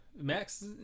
Max